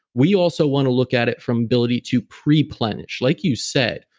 we also want to look at it from ability to pre-plenish. like you said,